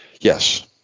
yes